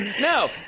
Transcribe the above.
No